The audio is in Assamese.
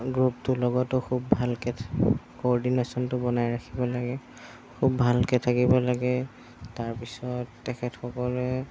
গ্ৰুপটোৰ লগতো খুব ভালকৈ কৰ্ডিনেচনটো বনাই ৰাখিব লাগে খুব ভালকৈ থাকিব লাগে তাৰ পিছত তেখেতসকলে